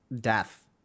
death